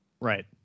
Right